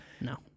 No